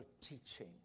teaching